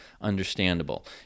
understandable